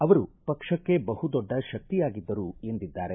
ಅವರು ಪಕ್ಷಕ್ಕೆ ಬಹುದೊಡ್ಡ ಶಕ್ತಿಯಾಗಿದ್ದರು ಎಂದಿದ್ದಾರೆ